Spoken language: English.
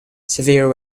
severe